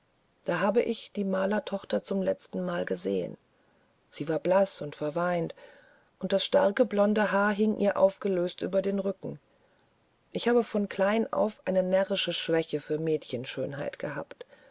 da habe ich die malerstochter zum letztenmal gesehen sie war blaß und verweint und das starke blonde haar hing ihr aufgelöst über den rücken ich habe von klein auf eine fast närrische schwäche für mädchenschönheit gehabt